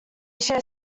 share